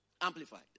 amplified